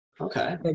okay